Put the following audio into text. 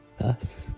Thus